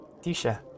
Disha